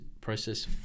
process